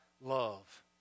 love